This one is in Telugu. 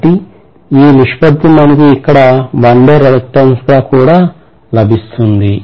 కాబట్టి ఈ నిష్పత్తి మనకు ఇక్కడ గా కూడా లభిస్తుంది